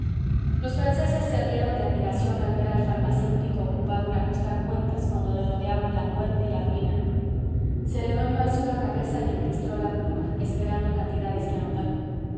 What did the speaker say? los franceses se rieron de admiración al ver al farmacéutico ocupado en ajustar cuentas cuando le rodeaban la muerte y la ruina celedonio alzó la cabeza y enristró la pluma esperando cantidades que anotar